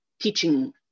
teaching